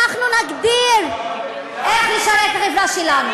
אנחנו נגדיר איך לשרת את החברה שלנו.